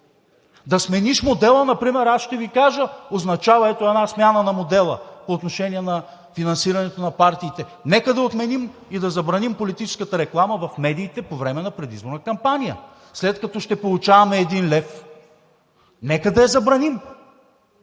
Да смениш модела например, аз ще Ви кажа: означава, ето една смяна на модела по отношение на финансирането на партиите. Нека да отменим и да забраним политическата реклама в медиите по време на предизборна кампания, след като ще получаваме 1 лв., нека да я забраним.